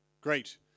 Great